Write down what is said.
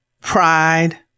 Pride